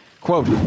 Quote